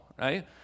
right